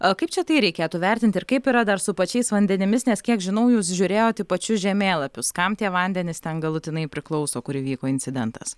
kaip čia tai reikėtų vertinti ir kaip yra dar su pačiais vandenimis nes kiek žinau jūs žiūrėjot į pačius žemėlapius kam tie vandenys ten galutinai priklauso kur įvyko incidentas